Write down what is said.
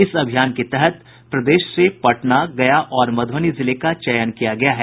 इस अभियान के तहत प्रदेश से पटना गया और मधुबनी जिले का चयन किया गया है